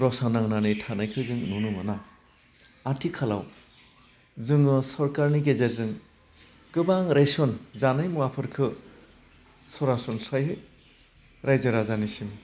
रसा नांनानै थानायखो जों नुनो मोना आथिखालाव जोङो सरकारनि गेजेरजों गोबां रेशन जानाय मुवाफोरखो सरासनस्रायै रायजो राजानिसिम